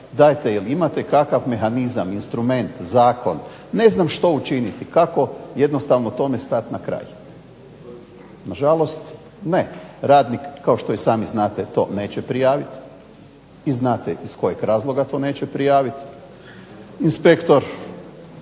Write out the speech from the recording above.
jel' imate kakav mehanizam, instrument, zakon, ne znam što učiniti kako jednostavno tome stati na kraj. Nažalost, ne radnik kao što i sami znate to neće prijaviti i znate iz kojeg razloga to neće prijaviti, inspektor